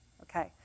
Okay